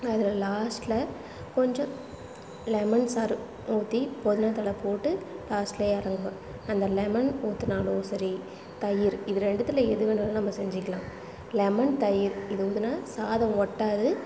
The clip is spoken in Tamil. அதில் லாஸ்ட்டில் கொஞ்சம் லெமன் சாறு ஊற்றி புதினா தழ போட்டு லாஸ்ட்டில் இறங்குணும் அந்த லெமன் ஊற்றுனாலும் சரி தயிர் இது ரெண்டுத்தில் எது வேணாலும் நம்ப செஞ்சுக்கலாம் லெமன் தயிர் இது ஊற்றுனா சாதம் ஒட்டாது